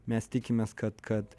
mes tikimės kad kad